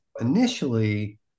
initially